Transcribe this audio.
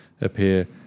appear